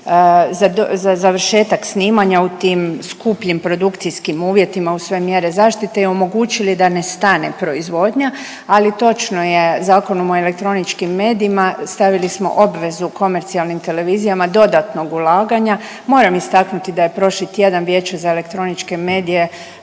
za završetak snimanja u tim skupljim produkcijskim uvjetima uz sve mjere zaštite i omogućili da ne stane proizvodnja. Ali točno je, Zakonom o elektroničkim medijima stavili smo obvezu komercijalnim televizijama dodatnog ulaganja. Moram istaknuti da je prošli tjedan Vijeće za elektroničke medije